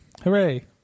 Hooray